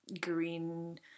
green